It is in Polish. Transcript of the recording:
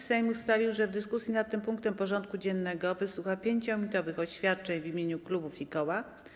Sejm ustalił, że w dyskusji nad tym punktem porządku dziennego wysłucha 5-minutowych oświadczeń w imieniu klubów i koła.